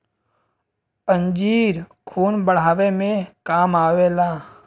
अंजीर खून बढ़ावे मे काम आवेला